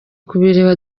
kubireba